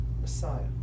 Messiah